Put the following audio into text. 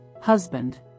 husband